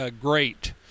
great